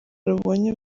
rubonye